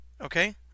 Okay